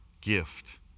gift